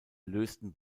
lösten